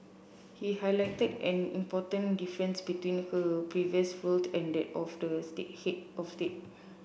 he highlighted an important difference between her previous role and that of head of day